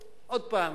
עוד פעם,